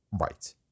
Right